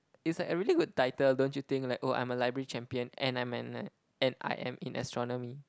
it's like a really good title don't you think like oh I'm a library champion and I'm an like and I am in astronomy